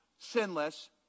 sinless